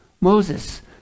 Moses